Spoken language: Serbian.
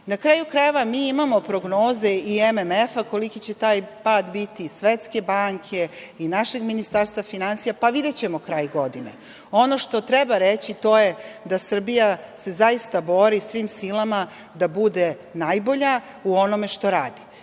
Na kraju krajeva, mi imamo prognoze i MMF koliki će taj pad biti, Svetske banke i našeg Ministarstva finansija, pa videćemo kraj godine. Ono što treba reći to je da se Srbija bori svim silama da bude najbolja u onome što radi.